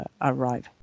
arrive